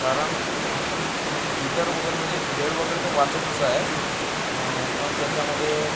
कारण हीटर वगैरे म्हणजे वेळ वगैरे तर वाचतच आहे पण त्याच्यामुळे